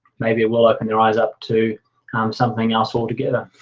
maybe it will open their eyes up to something else all together.